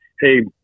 Hey